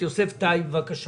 אני מוכן